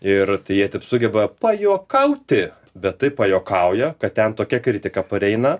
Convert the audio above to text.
ir jie taip sugeba pajuokauti bet taip pajuokauja kad ten tokia kritika pareina